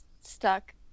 stuck